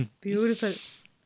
beautiful